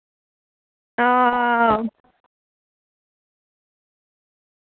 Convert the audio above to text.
हां